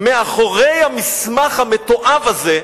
מאחורי המסמך המתועב הזה,